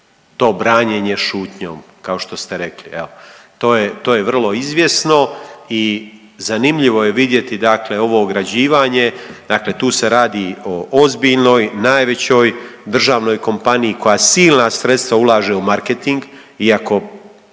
to branjenje šutnjom kao što ste rekli. Evo to je vrlo izvjesno i zanimljivo je vidjeti dakle ovo ograđivanje. Dakle tu se radi o ozbiljnoj, najvećoj državnoj kompaniji koja silna sredstva ulaže u marketing. Iako